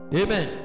amen